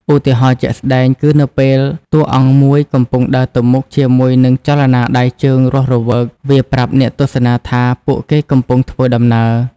ឧទាហរណ៍ជាក់ស្ដែង គឺនៅពេលតួអង្គមួយកំពុងដើរទៅមុខជាមួយនឹងចលនាដៃជើងរស់រវើក វាប្រាប់អ្នកទស្សនាថាពួកគេកំពុងធ្វើដំណើរ។